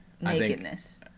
Nakedness